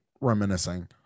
reminiscing